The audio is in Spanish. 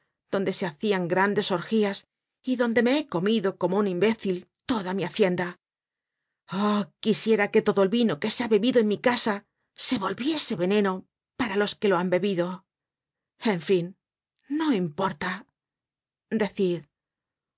donde se hacian grandes orgías y donde me he comido como un imbécil toda mi hacienda oh quisiera que todo el vino que se ha bebido en mi casa se volviese veneno para los que lo han bebido en fin no importa decid